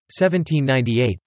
1798